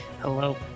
hello